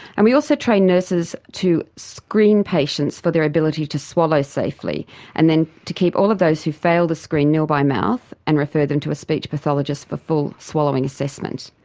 and we also trained nurses to screen patients for their ability to swallow safely and then to keep all of those who failed the screen nil by mouth and refer them to a speech pathologist for full swallowing assessment.